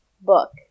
book